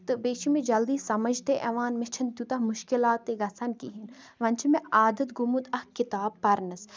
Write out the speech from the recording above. تہٕ بیٚیہِ چھُ مےٚ جلدی سمٕجھ تہِ یِوان مےٚ چھَنہٕ تیوٗتاہ مُشکِلاتٕے گَژھان کِہیٖنۍ وۄنۍ چھُ مےٚ عادت گوٚمُت اکھ کِتاب پَرنَس